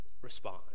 respond